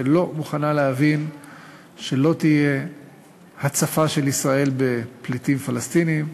שלא מוכנה להבין שלא תהיה הצפה של ישראל בפליטים פלסטינים,